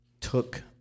took